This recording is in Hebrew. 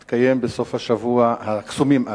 הקסומים,